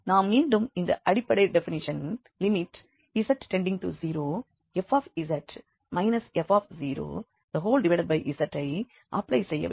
நாம் மீண்டும் இந்த அடிப்படை டெபினிஷன் z→0fz fz ஐ அப்ளை செய்ய வேண்டும்